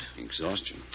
Exhaustion